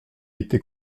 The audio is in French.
été